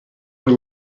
were